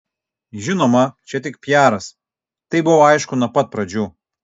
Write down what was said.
žinoma čia tik piaras tai buvo aišku nuo pat pradžių